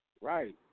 Right